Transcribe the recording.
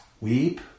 weep